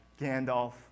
Gandalf